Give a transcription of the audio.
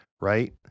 right